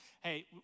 hey